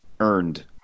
earned